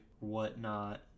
whatnot